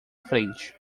frente